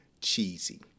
cheesy